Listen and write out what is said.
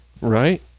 Right